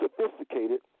sophisticated